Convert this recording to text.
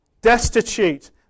destitute